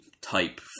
type